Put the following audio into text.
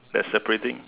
that is separating